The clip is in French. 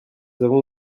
avons